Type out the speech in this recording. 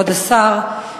כבוד השר,